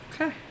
Okay